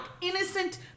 Innocent